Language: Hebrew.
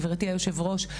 גברתי היושבת-ראש,